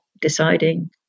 deciding